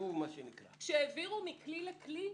כשהעבירו מכלי לכלי,